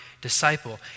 disciple